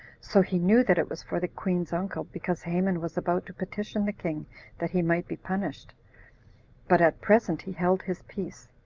so he knew that it was for the queen's uncle, because haman was about to petition the king that he might be punished but at present he held his peace.